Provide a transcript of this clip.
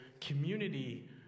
community